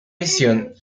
misión